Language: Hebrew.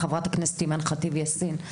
חברתי, חברת הכנסת אימאן ח'טיב יאסין.